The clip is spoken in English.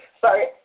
sorry